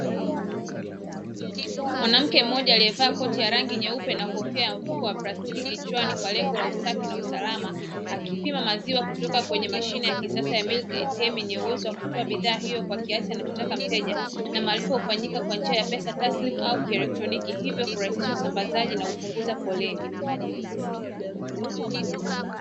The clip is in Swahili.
Mwanamke mmoja aliyavaa koti ya rangi nyeupe na mfuko wa plastiki kichwani kwa lengo la usafi na usalama, akipima maziwa kutoka kwenye mashine ya kisasa ya "milk ATM" yenye uwezo wa kutoa bidhaa hiyo kwa kiasi anachotaka mteja, na malipo hufanyika kwa njia ya pesa taslimu au kieletroniki hivyo kurahisisha usambazaji na hupunguza foleni.